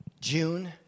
June